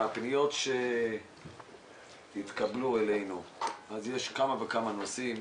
מהפניות שהתקבלו אלינו יש כמה וכמה נושאים,